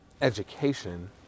education